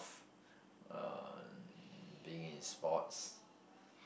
uh being in sports